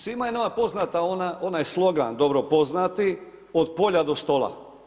Svima je nama poznata onaj slogan dobro poznati od polja do stola.